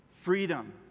freedom